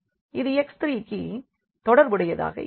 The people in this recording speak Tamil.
இது x3க்கு தொடர்புடையதாக இருக்கும்